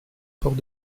port